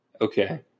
Okay